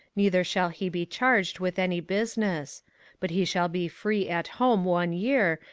neither shall he be charged with any business but he shall be free at home one year,